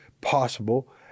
possible